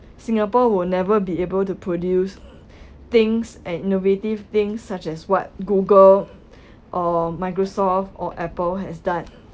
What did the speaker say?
singapore will never be able to produce things and innovative things such as what Google or Microsoft or Apple has done